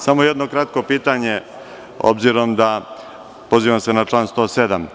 Samo jedno kratko pitanje s obzirom da se pozivam na član 107.